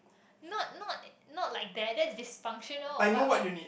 not not not like that that is dysfunctional but what